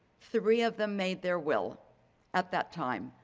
three of them made their will at that time.